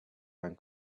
and